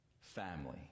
family